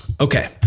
Okay